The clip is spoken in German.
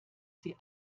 sie